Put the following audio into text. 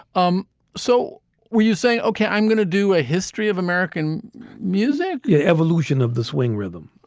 um so were you saying, ok, i'm going to do a history of american music, the evolution of the swing rhythm?